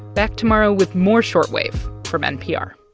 back tomorrow with more short wave from npr